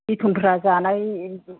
बेतनफ्रा जानाय